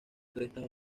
crestas